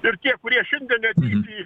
ir tie kurie šiandien neateis į